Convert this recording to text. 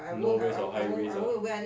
low waist or high waist ah